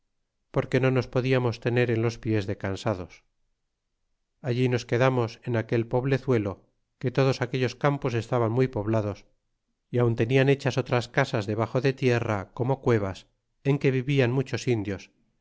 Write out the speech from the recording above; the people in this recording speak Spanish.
porque no nos podiamos tener en los pies de cansados allí nos quedamos en aquel poblezuelo que todos aquellos campos estaban rhuy poblados y aun tenian hechas otras casas debaxo de tierra como cuebas en que vivian muchos indios